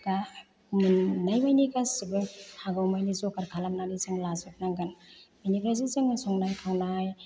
नुनायमानि गासिबो हागौमानि जगार खालामनानै जों लाजोबनांगोन बेनिफ्रायसो जोङो संनाय खावनाय